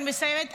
אני מסיימת,